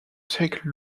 take